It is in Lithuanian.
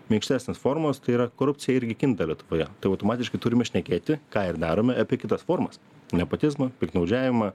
minkštesnės formos tai yra korupcija irgi kinta lietuvoje tai automatiškai turime šnekėti ką ir darome apie kitas formas nepotizmą piktnaudžiavimą